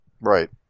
Right